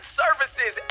services